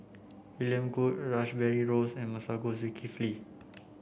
William Goode Rash Behari Rose and Masagos Zulkifli